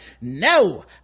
no